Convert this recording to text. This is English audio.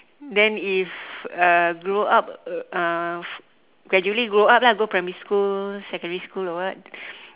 then if uh grow up uh gradually grow up lah go primary school secondary school or what